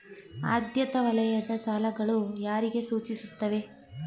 ಆದ್ಯತಾ ವಲಯದ ಸಾಲಗಳು ಯಾರಿಗೆ ಸೂಚಿಸುತ್ತವೆ?